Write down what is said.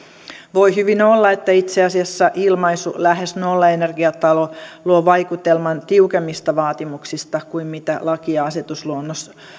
voi hyvin olla että itse asiassa ilmaisu lähes nollaenergiatalo luo vaikutelman tiukemmista vaatimuksista kuin mitä laki ja asetusluonnos